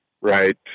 right